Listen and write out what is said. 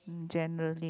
mm generally